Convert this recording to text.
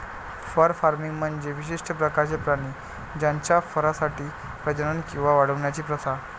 fur farming म्हणजे विशिष्ट प्रकारचे प्राणी त्यांच्या फरसाठी प्रजनन किंवा वाढवण्याची प्रथा